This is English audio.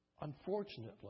Unfortunately